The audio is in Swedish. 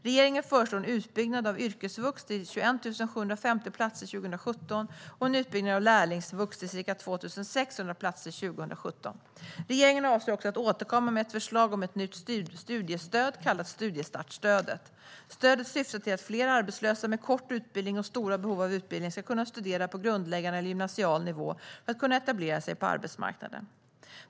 Regeringen föreslår en utbyggnad av yrkesvux, till 21 750 platser 2017 och en utbyggnad av lärlingsvux till ca 2 600 platser 2017. Regeringen avser också att återkomma med ett förslag om ett nytt studiestöd, kallat studiestartstödet. Stödet syftar till att fler arbetslösa med kort utbildning och stora behov av utbildning ska kunna studera på grundläggande eller gymnasial nivå för att kunna etablera sig på arbetsmarknaden.